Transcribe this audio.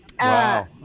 wow